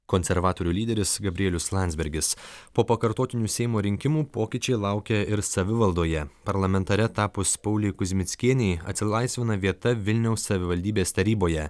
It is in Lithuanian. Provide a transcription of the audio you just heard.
konservatorių lyderis gabrielius landsbergis po pakartotinių seimo rinkimų pokyčiai laukia ir savivaldoje parlamentare tapus pauliui kuzmickienei atsilaisvina vieta vilniaus savivaldybės taryboje